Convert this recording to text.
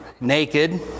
naked